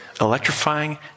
electrifying